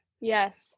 Yes